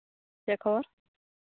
ᱪᱮᱫ ᱠᱷᱚᱵᱚᱨ